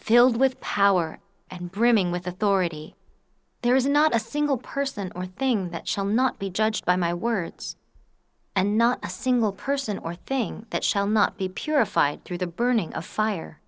filled with power and brimming with authority there is not a single person or thing that shall not be judged by my words and not a single person or thing that shall not be purified through the burning of fire